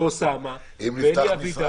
אוסאמה ואלי אבידר